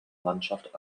mannschaft